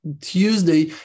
Tuesday